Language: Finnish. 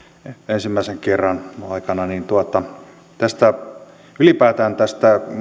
ensimmäisen kerran aikana ylipäätään tästä